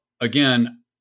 again